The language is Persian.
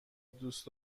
دوست